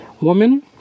woman